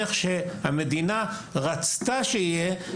שהמדינה רצתה שיהיה לו,